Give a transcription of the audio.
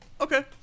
Okay